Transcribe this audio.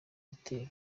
gitero